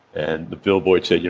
and the billboard said,